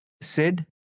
Sid